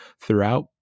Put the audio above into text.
throughout